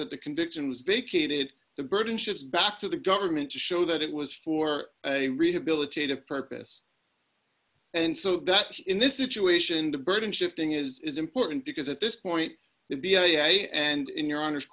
that the conviction was vacated the burden shifts back to the government to show that it was for a rehabilitative purpose and so that in this situation the burden shifting is important because at this point the b l u and in your hono